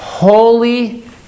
Holy